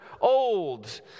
old